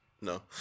No